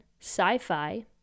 sci-fi